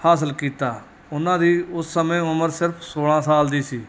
ਹਾਸਲ ਕੀਤਾ ਉਹਨਾਂ ਦੀ ਉਸ ਸਮੇਂ ਉਮਰ ਸਿਰਫ ਸੋਲ੍ਹਾਂ ਸਾਲ ਦੀ ਸੀ